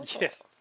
Yes